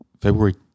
February